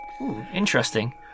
Interesting